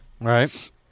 Right